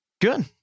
Good